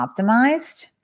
optimized